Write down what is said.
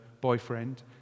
boyfriend